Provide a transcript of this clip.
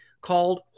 called